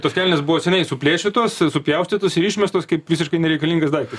tos kelnės buvo seniai suplėšytos supjaustytos ir išmestos kaip visiškai nereikalingas daiktas